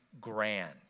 grand